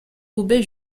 roubaix